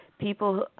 People